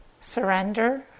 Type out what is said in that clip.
surrender